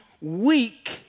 weak